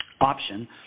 option